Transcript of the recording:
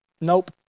Nope